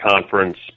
conference